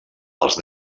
els